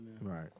Right